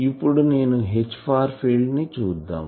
ఇప్పుడు నేను H far field ని చూద్దాం